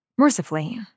Mercifully